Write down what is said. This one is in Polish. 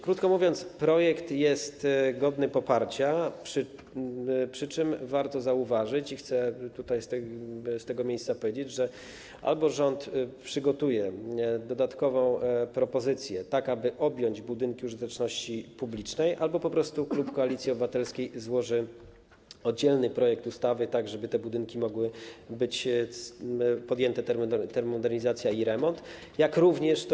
Krótko mówiąc, projekt jest godny poparcia, przy czym warto zauważyć, i chcę z tego miejsca o tym powiedzieć, że albo rząd przygotuje dodatkową propozycję, tak aby objąć tym budynki użyteczności publicznej, albo po prostu klub Koalicji Obywatelskiej złoży oddzielny projekt ustawy, tak żeby mogły być podjęte termomodernizacja i remont tych budynków.